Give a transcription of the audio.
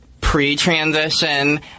pre-transition